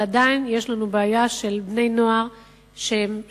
אבל עדיין יש לנו בעיה של בני-נוער ששותים